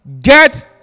Get